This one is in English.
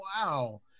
wow